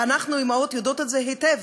ואנחנו האימהות יודעות את זה היטב,